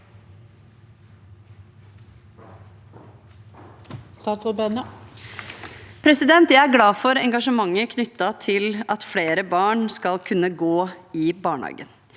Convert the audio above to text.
Jeg er glad for en- gasjementet knyttet til at flere barn skal kunne gå i barnehagen.